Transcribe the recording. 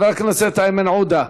חבר הכנסת איימן עודה,